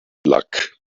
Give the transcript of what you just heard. luck